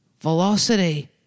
Velocity